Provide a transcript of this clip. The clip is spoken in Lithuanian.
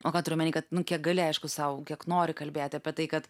o ką turiu omeny kad nu kiek gali aišku sau kiek nori kalbėti apie tai kad